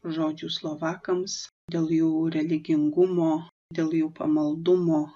žodžių slovakams dėl jų religingumo dėl jų pamaldumo